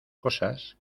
cosas